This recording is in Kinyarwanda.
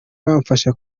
bamfasha